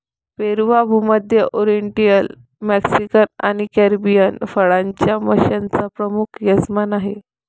पेरू हा भूमध्य, oriental, Mexican आणि कॅरिबियन फळांच्या माश्यांचा प्रमुख यजमान आहे